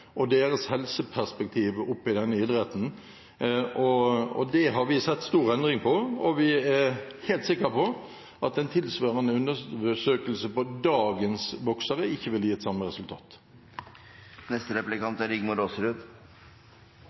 og deres helseperspektiv i denne idretten. Der har vi sett en stor endring, og vi er helt sikre på at en tilsvarende undersøkelse om dagens boksere ikke ville gitt samme resultat. Det er